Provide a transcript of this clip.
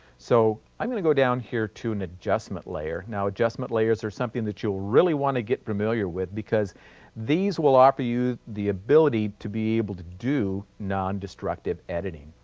so, i'm going to go down here to an adjustment layer. now, adjustment layers are something that you'll really want to get familiar with because these will offer you the ability to be able to do non-destructive editing.